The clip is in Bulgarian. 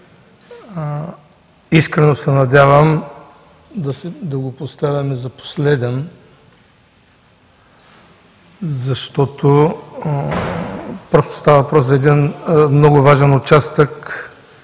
Искрено се надявам да го поставяме за последен, защото става въпрос за един много важен участък,